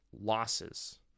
losses